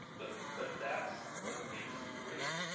but but that's what makes you great,